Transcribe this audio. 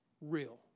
real